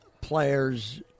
players